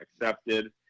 accepted